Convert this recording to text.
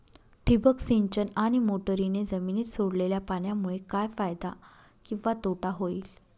ठिबक सिंचन आणि मोटरीने जमिनीत सोडलेल्या पाण्यामुळे काय फायदा किंवा तोटा होईल?